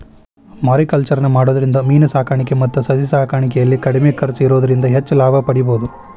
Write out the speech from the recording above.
mariculture ನ ಮಾಡೋದ್ರಿಂದ ಮೇನ ಸಾಕಾಣಿಕೆ ಮತ್ತ ಸಸಿ ಸಾಕಾಣಿಕೆಯಲ್ಲಿ ಕಡಿಮೆ ಖರ್ಚ್ ಇರೋದ್ರಿಂದ ಹೆಚ್ಚ್ ಲಾಭ ಪಡೇಬೋದು